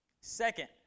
Second